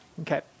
okay